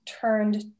turned